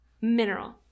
mineral